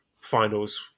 finals